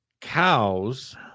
Cows